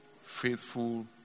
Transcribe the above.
faithful